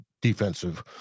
defensive